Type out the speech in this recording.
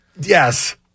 Yes